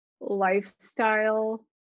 lifestyle